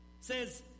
says